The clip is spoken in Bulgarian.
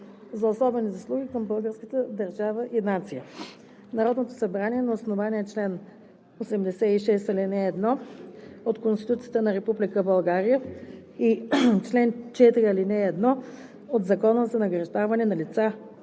за особени заслуги към българската държава и нацията Народното събрание на основание чл. 86, ал. 1 от Конституцията на Република България и чл. 4, ал. 1 от Закона за награждаване на лица